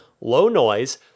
low-noise